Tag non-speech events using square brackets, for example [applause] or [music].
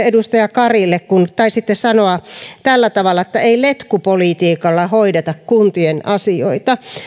[unintelligible] edustaja karille tähän ajatukseen kun taisitte sanoa tällä tavalla että ei letkupolitiikalla hoideta kuntien asioita